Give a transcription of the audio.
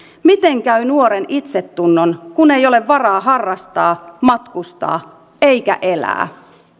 miten käy nuoren itsetunnon kun ei ole varaa harrastaa matkustaa eikä elää